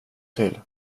till